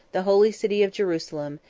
the holy city of jerusalem,